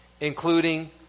including